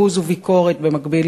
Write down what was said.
בוז וביקורת במקביל